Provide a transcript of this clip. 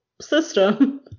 system